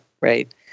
right